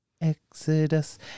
Exodus